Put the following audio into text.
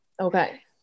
Okay